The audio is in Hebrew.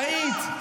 טעית.